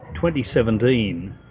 2017